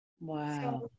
Wow